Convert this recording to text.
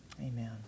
Amen